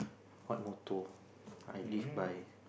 what motto I live by